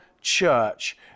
church